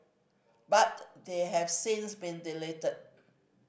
but they have since been deleted